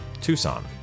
Tucson